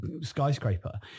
skyscraper